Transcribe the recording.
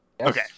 Okay